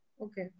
Okay